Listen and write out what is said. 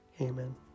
Amen